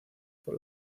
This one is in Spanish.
por